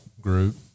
group